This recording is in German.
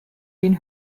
den